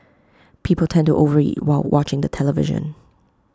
people tend to over eat while watching the television